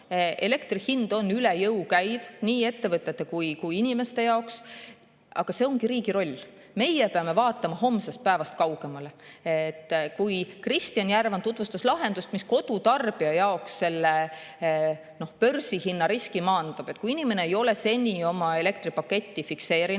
Elektri hind on üle jõu käiv nii ettevõtete kui ka inimeste jaoks. Aga see ongi riigi roll, meie peame vaatama homsest päevast kaugemale. Kristjan Järvan tutvustas lahendust, mis kodutarbija jaoks börsihinnariski maandab. Kui inimene ei ole seni oma elektripaketti fikseerinud